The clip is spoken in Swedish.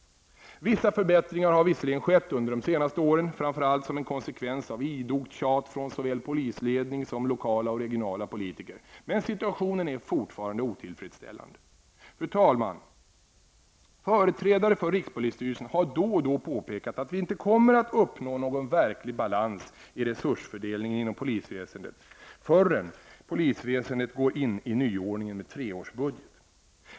Vissa förbättringar har visserligen skett under de senaste åren, framför allt som en konsekvens av idogt tjat från såväl polisledning som lokala och regionala politiker. Men situationen är fortfarande otillfredsställande. Fru talman! Företrädare för rikspolisstyrelsen har då och då påpekat att vi inte kommer att uppnå verklig balans i resursfördelningen, förrän polisväsendet går in i nyordningen med treårsbudget.